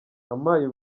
ampaye